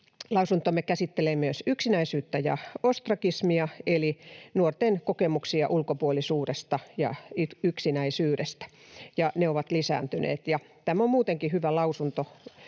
lausuntomme käsittelee myös yksinäisyyttä ja ostrakismia, eli nuorten kokemuksia ulkopuolisuudesta ja yksinäisyydestä. Ne ovat lisääntyneet. Tämä on muutenkin hyvä lausunto,